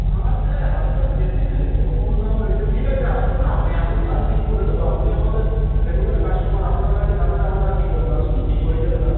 হ্যাঁ সে হালকা বেশী নাই খুব কম দাম রয়েছে ঠিক আছে আসুন না আপনি আপনার দাম ঠিক করে দেব আপনি আমাদের রেগুলার কাস্টমার আপনার কাছে দামের আমরা কি বলব আসুন ঠিক হয়ে যাবে দাম